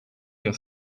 your